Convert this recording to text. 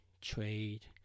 trade